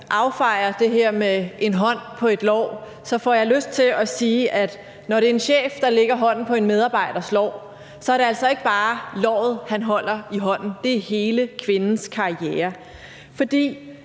affejer det her med en hånd på et lår, får jeg lyst til at sige, at når det er en chef, der lægger hånden på en medarbejders lår, er det altså ikke bare låret, han holder i hånden, det er hele kvindens karriere. For